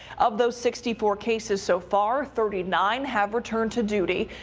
of those sixty four cases so far thirty nine have returned to duty.